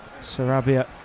Sarabia